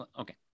okay